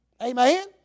Amen